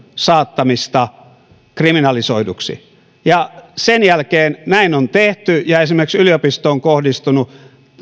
saattamista kriminalisoiduksi ja sen jälkeen näin on tehty ja esimerkiksi tällainen yliopistoon kohdistunut